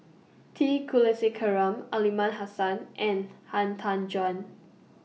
T Kulasekaram Aliman Hassan and Han Tan Juan